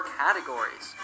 categories